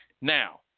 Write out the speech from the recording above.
Now